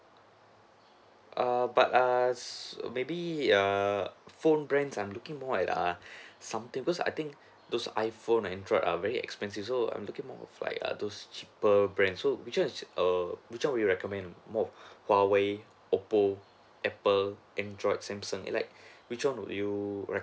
err but err maybe a phones brand I'm looking more at a something because I think those iphone and android are very expensive so I'm looking more of like err those cheaper brand so which one is ch~ err which one would you recommend more huawei Oppo Apple android and Samsung and like which [one] would you